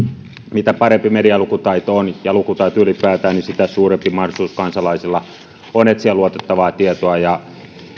mitä parempi medialukutaito ja lukutaito ylipäätään ovat niin sitä suurempi mahdollisuus kansalaisilla on etsiä luotettavaa tietoa ja